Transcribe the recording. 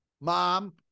mom